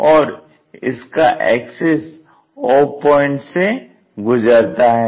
और इसका axis o point से गुजरता है